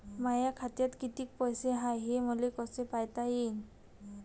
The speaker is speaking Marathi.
माया खात्यात कितीक पैसे हाय, हे मले कस पायता येईन?